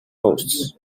hosts